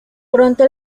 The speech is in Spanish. pronto